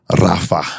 Rafa